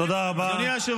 אתם הממשלה,